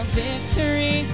victory